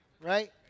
right